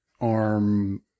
arm